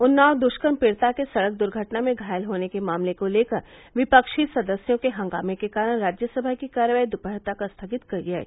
उन्नाव दुष्कर्म पीडि़ता के सड़क दुर्घटना में घायल होने के मामले को लेकर विपक्षी सदस्यों के हंगामे के कारण राज्यसभा की कार्यवाही दोपहर तक स्थगित की गई